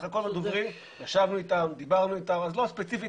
כל הדוברים ישבנו איתם, דיברנו איתם.